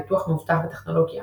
פיתוח מאובטח וטכנולוגיה